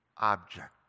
object